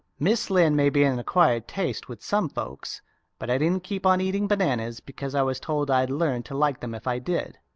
mrs. lynde may be an acquired taste with some folks but i didn't keep on eating bananas because i was told i'd learn to like them if i did,